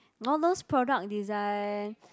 all those product design